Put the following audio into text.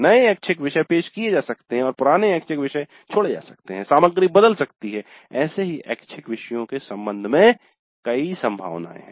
नए ऐच्छिक विषय पेश किए जा सकते हैं और पुराने ऐच्छिक विषय छोड़े जा सकते हैं सामग्री बदल सकती है ऐसे ही ऐच्छिक विषयों के सम्बन्ध में कई संभावनाएं हैं